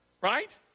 right